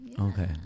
Okay